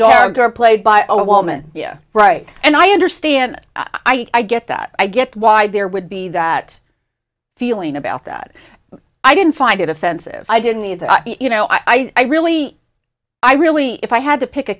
door played by a woman right and i understand that i get that i get why there would be that feeling about that i didn't find it offensive i didn't either you know i really i really if i had to pick a